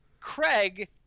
Craig